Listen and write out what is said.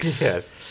Yes